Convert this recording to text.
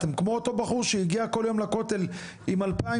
אתם כמו אותו בחור שהגיע כל יום לכותל עם אלפיים